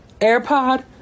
AirPod